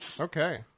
Okay